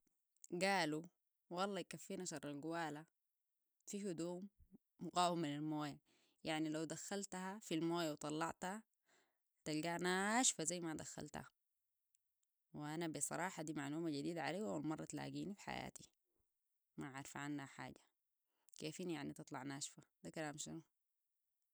قالوا والله يكفينا شر القوالة في هدوم مقاومة للمويه يعني لو دخلتها في المويه وطلعتها تلقها ناشفة زي ما دخلتها وأنا بصراحة دي معلومة جديدة علي واول مرة تلاقيني في حياتي ما عارفة عنها حاجة كيفين يعني تطلع ناشفة؟ ده كلام شنو؟